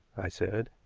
i said.